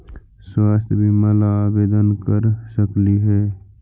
स्वास्थ्य बीमा ला आवेदन कर सकली हे?